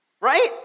Right